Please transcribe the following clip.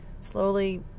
slowly